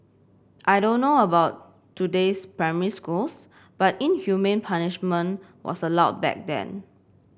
I don't know about today's primary schools but inhumane punishment was allowed back then